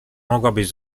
mogłabyś